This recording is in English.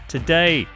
Today